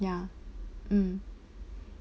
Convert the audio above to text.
ya mm